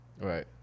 Right